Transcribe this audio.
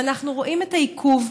ואנחנו רואים את העיכוב,